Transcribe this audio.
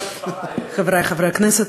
חברי חברי הכנסת,